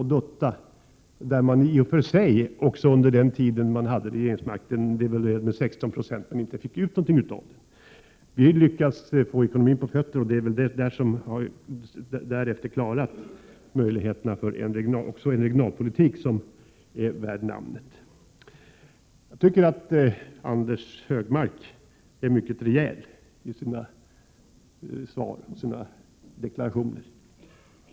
I och för sig devalverade de borgerliga under sin tid vid regeringsmakten också 16 90, men de fick inte ut någonting av det. Vi har lyckats få ekonomin på fötter och därefter fått möjlighet att klara en regionalpolitik som är värd namnet. Jag tycker Anders G Högmark är mycket rejäl i sina svar och deklarationer.